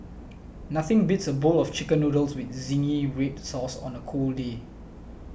nothing beats a bowl of Chicken Noodles with Zingy Red Sauce on a cold day